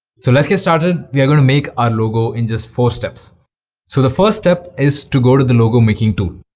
so let's get started we are going to make our logo in just four steps so the first step is to go to the logo making tool